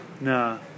Nah